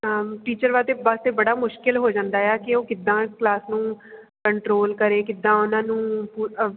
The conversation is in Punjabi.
ਟੀਚਰ ਵੱਲ ਤਾਂ ਬਸ ਅਤੇ ਬੜਾ ਮੁਸ਼ਕਿਲ ਹੋ ਜਾਂਦਾ ਆ ਕਿ ਉਹ ਕਿੱਦਾਂ ਕਲਾਸ ਨੂੰ ਕੰਟਰੋਲ ਕਰੇ ਕਿੱਦਾਂ ਉਹਨਾਂ ਨੂੰ ਪੁ